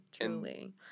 truly